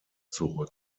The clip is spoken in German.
zurück